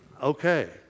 okay